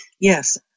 Yes